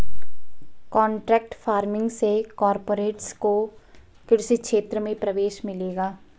contract farming से corporates को कृषि क्षेत्र में प्रवेश मिलेगा